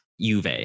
Juve